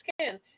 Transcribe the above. skin